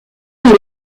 dans